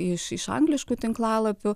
iš iš angliškų tinklalapių